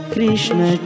Krishna